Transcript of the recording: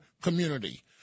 community